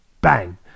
Bang